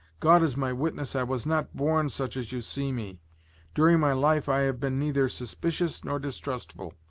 god is my witness i was not born such as you see me during my life i have been neither suspicious nor distrustful,